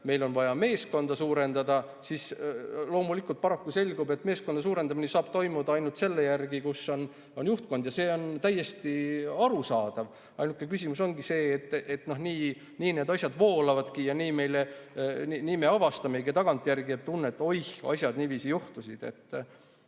meil on vaja meeskonda suurendada, siis paraku selgub, et meeskonna suurendamine saab toimuda ainult seal, kus on juhtkond. Ja see on täiesti arusaadav. Ainuke küsimus ongi see, et nii need asjad voolavadki ja nii me avastamegi tagantjärgi, et oi, asjad on niiviisi juhtunud.